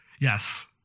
Yes